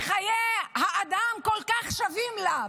שחיי האדם כל כך שווים בה,